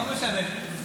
לא משנה.